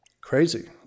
crazy